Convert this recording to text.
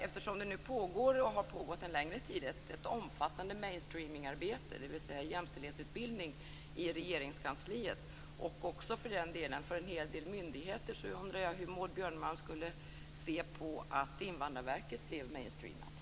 Eftersom det nu pågår och en längre tid har pågått ett omfattande mainstreaming-arbete, dvs. jämställdhetsutbildning, i Regeringskansliet och också för en hel del myndigheter undrar jag hur Maud Björnemalm skulle se på att Invandrarverket blev föremål för mainstreaming.